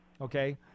okay